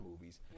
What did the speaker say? movies